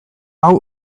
hau